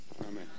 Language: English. Amen